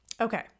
okay